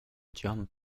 jump